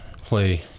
play